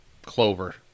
Clover